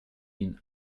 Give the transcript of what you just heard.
ihn